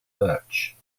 perch